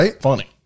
funny